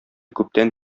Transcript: күптән